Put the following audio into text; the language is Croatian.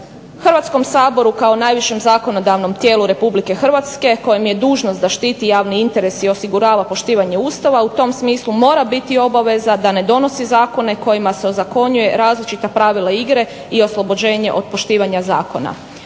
Hrvatskom saboru kao najvišem zakonodavnom tijelu Republike Hrvatske kojem je dužnost da štiti javni interes i osigurava poštivanje ustava u tom smislu mora biti obaveza da ne donosi zakone kojima se ozakonjuju različita pravila igre i oslobođenje od poštivanja zakona.